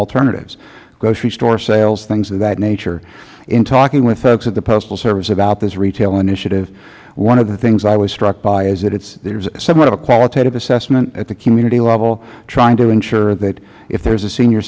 alternatives grocery store sales things of that nature in talking with folks at the postal service about this retail initiative one of the things i was struck by is there is somewhat of a qualitative assessment at the community level trying to ensure that if there is a senior